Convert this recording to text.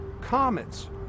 comets